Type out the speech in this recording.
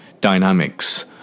dynamics